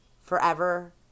forever